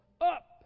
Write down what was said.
Up